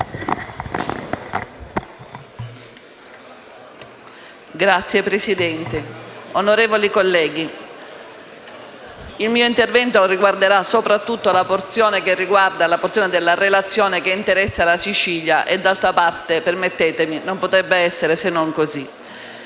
Signor Presidente, onorevoli colleghi, il mio intervento riguarderà soprattutto la parte della relazione che interessa la Sicilia e d'altra parte, permettetemi, non potrebbe essere altrimenti.